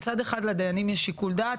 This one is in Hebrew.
מצד אחד לדיינים יש שיקול דעת,